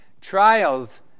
Trials